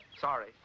sorry